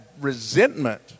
resentment